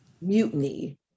mutiny